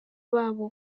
babo